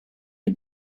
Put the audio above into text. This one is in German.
die